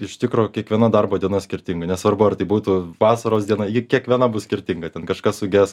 iš tikro kiekviena darbo diena skirtinga nesvarbu ar tai būtų vasaros diena ji kiekviena bus skirtinga ten kažkas suges